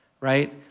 right